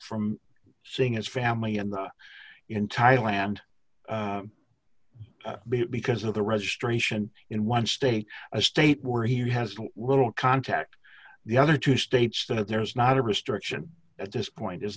from seeing his family and in thailand because of the registration in one state a state where he has little contact the other two states that there is not a restriction at this point is